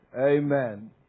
Amen